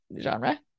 genre